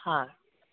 हा